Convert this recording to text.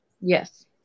Yes